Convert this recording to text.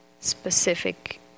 specific